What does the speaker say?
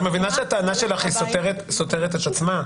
את מבינה שהטענה שלך היא סותרת את עצמה?